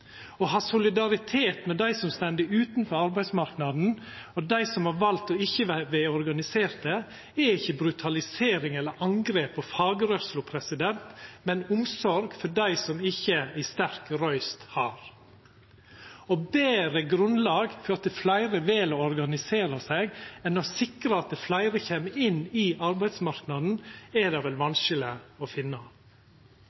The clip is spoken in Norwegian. Å ha solidaritet med dei som står utanfor arbeidsmarknaden, og dei som har valt å ikkje vera organiserte, er ikkje brutalisering eller angrep på fagrørsla, men omsorg for dei som ikkje ei sterk røyst har. Betre grunnlag for at fleire vel å organisera seg enn å sikra at fleire kjem inn i arbeidsmarknaden, er det vel